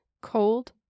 cold